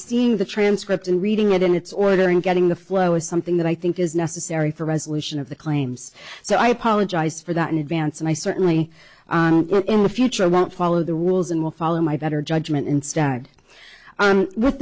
seeing the transcript and reading it in its order and getting the flow is something that i think is necessary for resolution of the claims so i apologize for that in advance and i certainly in the future i won't follow the rules and will follow my better judgment and s